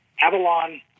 Avalon